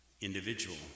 individual